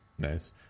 nice